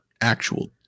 actual